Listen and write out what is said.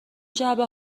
جعبه